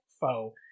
foe